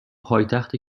پایتخت